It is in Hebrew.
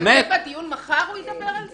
אז בדיון מחר הוא ידבר על זה?